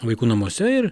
vaikų namuose ir